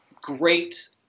great